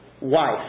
wife